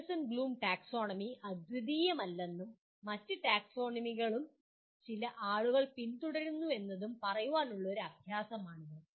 Anderson Bloom taxonomy അദ്വിതീയമല്ലെന്നും മറ്റ് ടാക്സോണമികളും ചില ആളുകൾ പിന്തുടരുന്നുവെന്നും പറയാനുള്ള ഒരു അഭ്യാസമാണ്